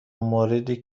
موردی